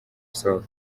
sol